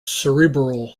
cerebral